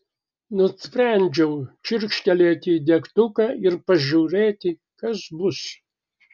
nusprendžiau čirkštelėti degtuką ir pažiūrėti kas bus